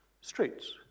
streets